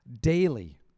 Daily